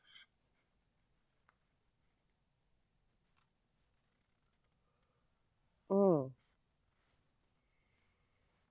mm